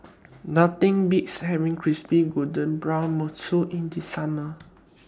Nothing Beats having Crispy Golden Brown mantou in The Summer